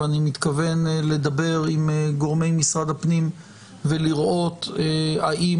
ואני מתכוון לדבר עם גורמי הפנים ולראות האם